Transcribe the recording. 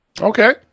Okay